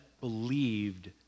believed